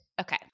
Okay